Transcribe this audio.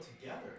together